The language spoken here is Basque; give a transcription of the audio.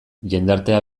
jendartea